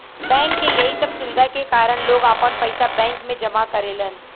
bank के यही सब सुविधा के कारन लोग आपन पइसा बैंक में जमा करेलन